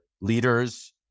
leaders